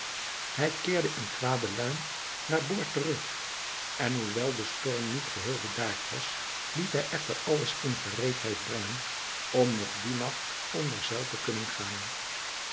hij keerde in eene kwade luim naar boord terug en hoewel de storm niet geheel bedaard was liet hij echter alles in gereedheid brengen om nog dien nacht onder zeil te kunnen gaan